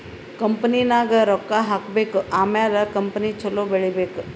ಕಂಪನಿನಾಗ್ ರೊಕ್ಕಾ ಹಾಕಬೇಕ್ ಆಮ್ಯಾಲ ಕಂಪನಿ ಛಲೋ ಬೆಳೀಬೇಕ್